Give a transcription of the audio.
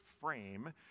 frame